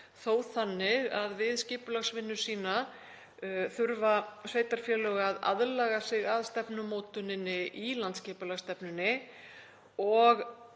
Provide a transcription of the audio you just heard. þó þannig að við skipulagsvinnu sína þurfa sveitarfélög að aðlaga sig að stefnumótuninni í landsskipulagsstefnunni og